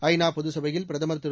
ஐநா பொதுச்சபையில் பிரதமர் திரு